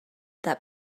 that